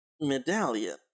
medallion